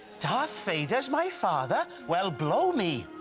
darth vader's my father? well, blow me!